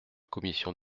commission